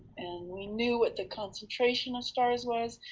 and we knew what the concentration of stars was.